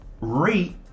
rate